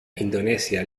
indonesia